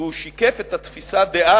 והוא שיקף את התפיסה דאז,